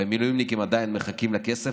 והמילואימניקים עדיין מחכים לכסף,